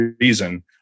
reason